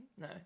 No